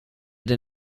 did